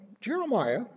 Jeremiah